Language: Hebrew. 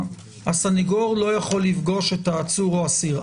הסנגור לא יכול לפגוש את הסנגור או העציר.